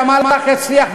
שהמהלך יצליח,